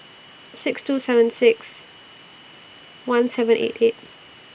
six two seven six one seven eight eight